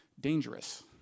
dangerous